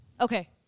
Okay